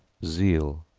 zeal,